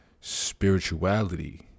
Spirituality